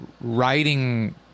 writing